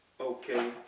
Okay